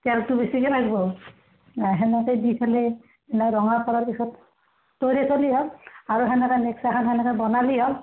তেলটো বেছিকৈ লাগিব অঁ সেনেকৈ দি পেলাই ৰঙা কৰাৰ পিছত আৰু সেনেকা নেক্সট এখন বনালেই হ'ল